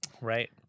Right